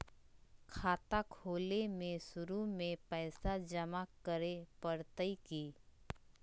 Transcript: खाता खोले में शुरू में पैसो जमा करे पड़तई की?